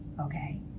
okay